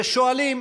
ושואלים: